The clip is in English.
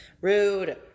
Rude